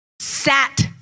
sat